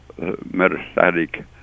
metastatic